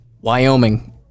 Wyoming